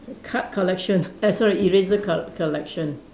card collection eh sorry eraser col~ collection